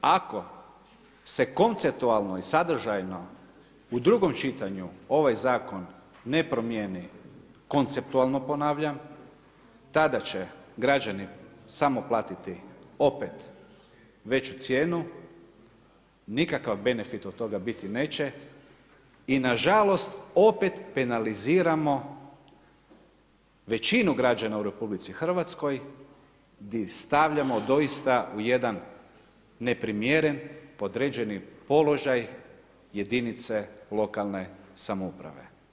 Nažalost, ako se konceptualno i sadržajno u drugom čitanju ovaj zakon ne promijeni, konceptualno ponavljam, tada će građani samo platiti opet veću cijenu, nikakav benefit od toga biti neće i nažalost opet penaliziramo većinu građana u RH gdje stavljamo u doista jedan neprimjeren podređeni položaj jedinice lokalne samouprave.